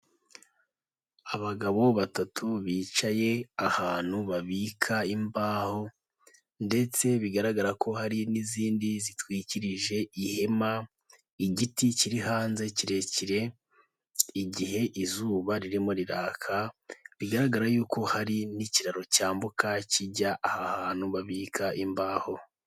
Abagabo batatu bicaye ahantu babika imbaho ndetse bigaragara ko hari n'izindi zitwikirije ihema, igiti kiri hanze kirekire, igihe izuba ririmo riraka, bigaragara yuko hari n'ikiraro cyambuka kijya aha hantu babika imbaho.